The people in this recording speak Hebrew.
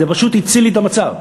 זה פשוט הציל לי את המצב.